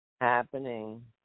happening